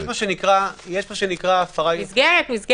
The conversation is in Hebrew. מסגרת, מסגרת.